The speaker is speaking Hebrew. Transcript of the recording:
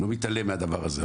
אני לא מתעלם מהדבר הזה,